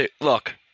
Look